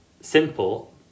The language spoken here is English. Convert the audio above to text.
simple